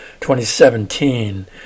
2017